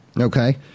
Okay